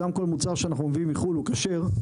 גם כל מוצר שאנחנו מביאים מחו"ל הוא כשר,